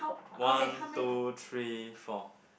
one two three four